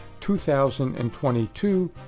2022